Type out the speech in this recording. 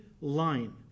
line